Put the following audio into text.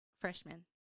freshman